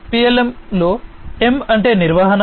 PLM లో M అంటే నిర్వహణ